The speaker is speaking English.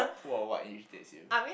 who or what irritates you